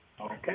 Okay